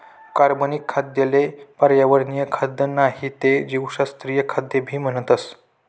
कार्बनिक खाद्य ले पर्यावरणीय खाद्य नाही ते जीवशास्त्रीय खाद्य भी म्हणतस